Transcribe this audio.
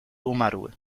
umarły